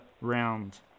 round